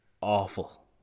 awful